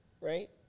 right